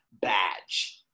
badge